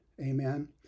amen